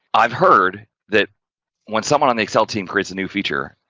i've heard that when someone on the excel team, creates a new feature,